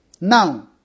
Now